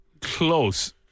Close